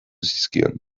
zizkion